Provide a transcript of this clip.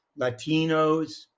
Latinos